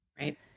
Right